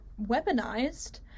weaponized